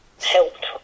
helped